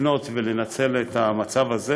לפנות ולנצל את המצב הזה.